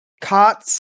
cots